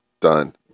done